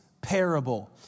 parable